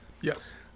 Yes